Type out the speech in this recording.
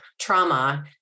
trauma